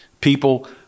People